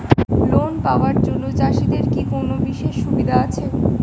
Loan পাওয়ার জন্য চাষিদের কি কোনো বিশেষ সুবিধা আছে?